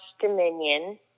Dominion